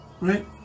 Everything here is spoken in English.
right